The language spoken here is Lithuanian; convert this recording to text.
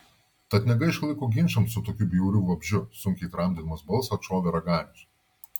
tad negaišk laiko ginčams su tokiu bjauriu vabzdžiu sunkiai tramdydamas balsą atšovė raganius